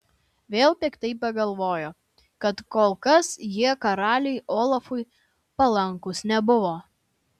vėl piktai pagalvojo kad kol kas jie karaliui olafui palankūs nebuvo